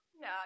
No